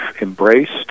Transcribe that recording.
embraced